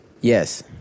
Yes